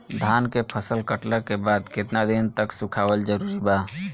धान के फसल कटला के बाद केतना दिन तक सुखावल जरूरी बा?